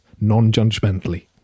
non-judgmentally